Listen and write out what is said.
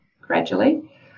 gradually